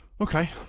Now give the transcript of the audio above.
Okay